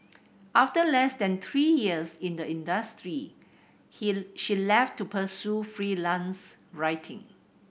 after less than three years in the industry he she left to pursue freelance writing